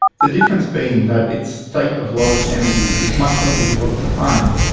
the difference being that its state of lowest energy is much more difficult to find,